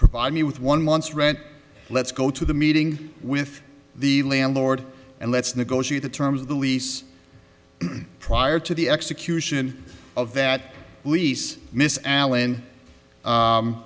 provide me with one month's rent let's go to the meeting with the landlord and let's negotiate the terms of the lease prior to the execution of that lease miss